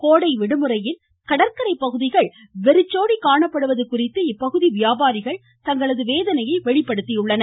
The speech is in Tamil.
கோடை விடுமுறையில் கடற்கரை பகுதிகள் வெறிச்சோடி காணப்படுவது குறித்த இப்பகுதி வியாபாரிகள் தங்களது வேதனையை வெளிப்படுத்தியுள்ளனர்